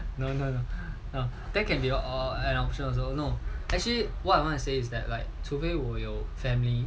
no no no that can be ah an option also no actually what I want to say that like 除非我有 family